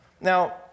Now